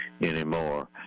anymore